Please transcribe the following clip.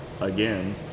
again